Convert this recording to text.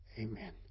Amen